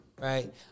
right